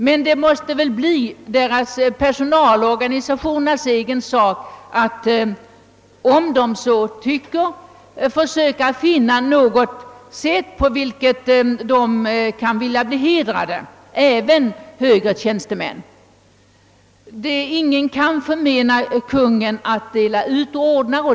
Men det måste väl bli personalorganisationernas egen sak att, om de tycker det, försöka finna något sätt, på vilket även högre tjänstemän kan vilja bli hedrade. Ingen kan förmena Kungen att dela ut ordnar.